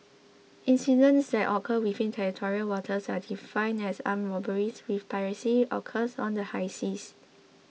incidents that occur within territorial waters are defined as armed robberies while piracy occurs on the high seas